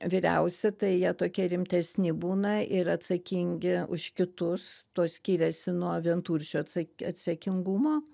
vyriausi tai jie tokie rimtesni būna ir atsakingi už kitus tuo skiriasi nuo vienturčių atsa atsakingumo